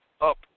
up